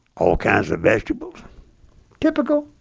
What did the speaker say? all kinds of vegetables typical,